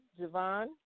Javon